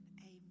amen